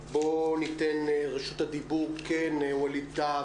ניתן את רשות הדיבור לחבר הכנסת ווליד טאהא,